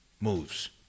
Moves